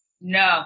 No